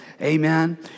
Amen